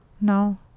No